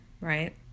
right